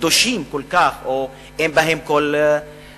קדושות כל כך או שאין בהן כל רבב.